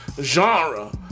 genre